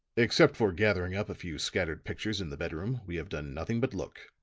except for gathering up a few scattered pictures in the bedroom, we have done nothing but look,